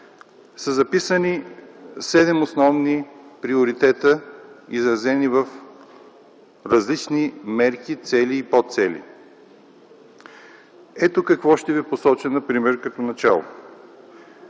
са записани седем основни приоритета, изразени в различни мерки, цели и подцели. Ето какво ще ви посоча например като начало.